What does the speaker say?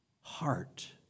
heart